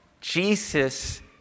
Jesus